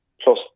plus